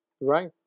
Right